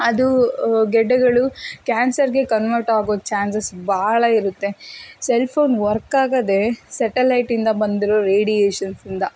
ಅದು ಗೆಡ್ಡೆಗಳು ಕ್ಯಾನ್ಸರಿಗೆ ಕನ್ವರ್ಟಾಗೊ ಚಾನ್ಸಸ್ ಭಾಳ ಇರುತ್ತೆ ಸೆಲ್ಫೋನ್ ವರ್ಕಾಗದೆ ಸೆಟಲೈಟಿಂದ ಬಂದಿರೋ ರೇಡಿಯೇಷನ್ಸಿಂದ